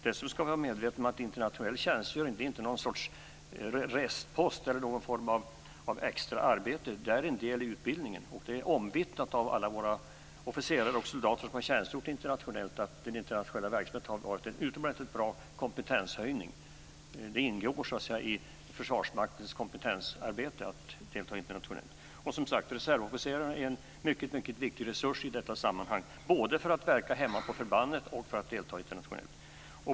Dessutom ska man vara medveten om att internationell tjänstgöring inte är någon sorts restpost eller någon form av extra arbete utan är en del i utbildningen. Det är omvittnat av alla våra officerare och soldater som har tjänstgjort internationellt att den internationella verksamheten har givit en utomordentligt bra kompetenshöjning. Internationellt deltagande ingår i Försvarsmaktens kompetensarbete. Reservofficerare är en mycket viktig resurs i detta sammanhang, både för att verka hemma på förbandet och för att delta internationellt.